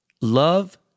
love